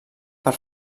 per